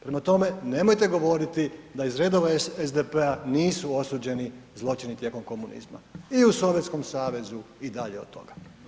Prema tome, nemojte govoriti da iz redova SDP-a nisu osuđeni zločini tijekom komunizma i u Sovjetskom savezu i dalje od toga.